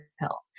pill